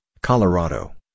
Colorado